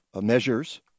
measures